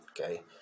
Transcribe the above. Okay